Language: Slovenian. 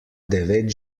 devet